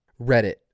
Reddit